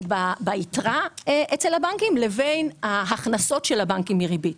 ביתרה אצל הבנקים, לבין ההכנסות של הבנקים מריבית.